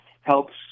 helps